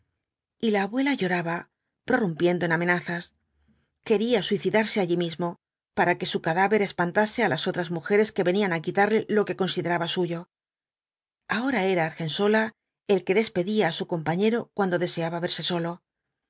y la abuela lloraba prorrumpiendo en amenazas quería suicidarse allí mismo para que su cadáver espantase á las otras mujeres que venían á quitarle lo que consideraba suyo ahora era argensola el que despedía á su compañero cuando deseaba verse solo